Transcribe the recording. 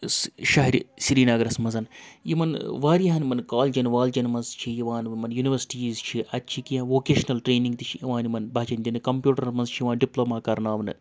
شہرِ سرینَگرَس منٛز یِمَن واریاہَن یِمَن کالجن والجن مَنٛز چھِ یِوان یِمَن یوٗنیورسٹیٖز چھِ اَتہِ چھِ کیٚنٛہہ ووکیشنَل ٹرینِنٛگ تہِ چھِ یِوان یِمَن بَچَن دِنہٕ کَمپیوٗٹرَن مَنٛز چھِ یِوان ڈِپلوما کَرناونہٕ